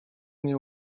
nie